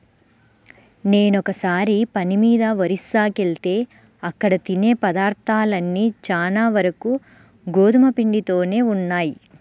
నేనొకసారి పని మీద ఒరిస్సాకెళ్తే అక్కడ తినే పదార్థాలన్నీ చానా వరకు గోధుమ పిండితోనే ఉన్నయ్